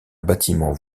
bâtiment